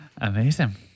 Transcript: amazing